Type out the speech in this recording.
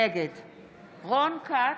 נגד רון כץ,